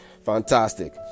Fantastic